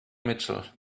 mitchell